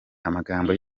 amagambo